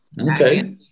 Okay